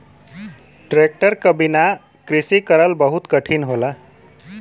tractor क बिना कृषि करल बहुत कठिन होला